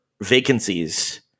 vacancies